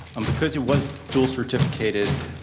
um because it was dual-certificated,